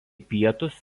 pietus